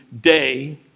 day